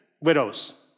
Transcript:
widows